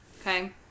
Okay